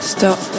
Stop